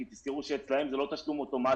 כי תזכרו שאצלם זה לא תשלום אוטומטי